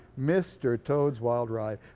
mr. toad's wild ride.